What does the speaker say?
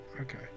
Okay